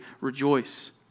rejoice